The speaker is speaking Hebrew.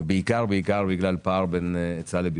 בעיקר-בעיקר בגלל פער בין היצע לביקוש,